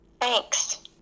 Thanks